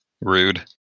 Rude